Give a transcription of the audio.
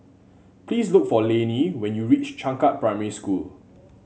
please look for Lanie when you reach Changkat Primary School